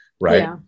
Right